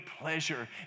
pleasure